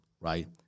right